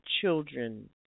children